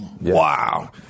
Wow